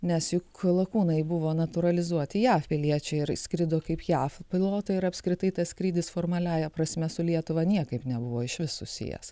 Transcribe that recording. nes juk lakūnai buvo natūralizuoti jav piliečiai ir skrido kaip jav pilotai ir apskritai tas skrydis formaliąja prasme su lietuva niekaip nebuvo išvis susijęs